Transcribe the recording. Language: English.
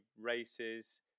races